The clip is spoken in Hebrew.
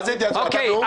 אוקיי.